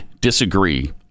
disagree